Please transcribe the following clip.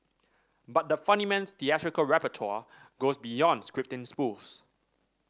but the funnyman's theatrical repertoire goes beyond scripting spoofs